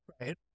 Right